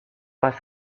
pasó